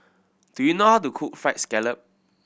do you know how to cook Fried Scallop